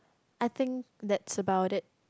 I think that's about it